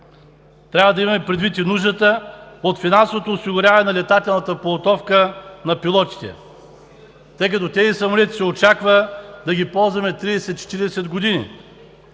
Трябва да имаме предвид и нуждата от финансовото осигуряване на летателната подготовка на пилотите, тъй като тези самолети се очаква да ги ползваме 30, 40 години.